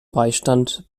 beistand